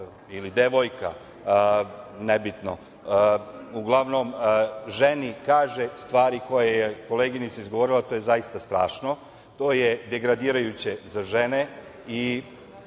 ili devojka, nebitno, uglavnom ženi kaže stvari koje je koleginica izgovorila. To je zaista strašno. To je degradirajuće za žene. Znate